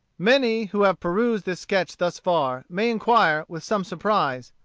many who have perused this sketch thus far, may inquire, with some surprise,